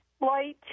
light